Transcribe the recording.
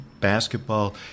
basketball